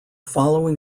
following